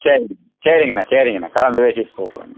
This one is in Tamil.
சரிங்க சரிங்கண்ணா சரிங்கண்ணா கலந்து பேசிட்டு கூப்பிடுங்க